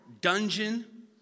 dungeon